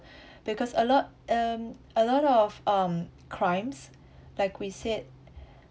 because a lot um a lot of um crimes like we said